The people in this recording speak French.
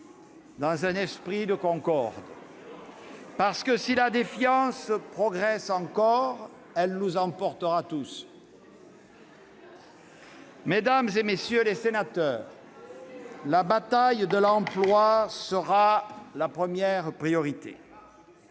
dans un esprit de concorde, parce que, si la défiance progresse encore, elle nous emportera tous. Mesdames, messieurs les sénateurs, la bataille de l'emploi sera la priorité